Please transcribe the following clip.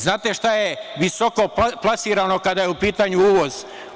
Znate li šta je visoko plasirano kada je u pitanju uvoz?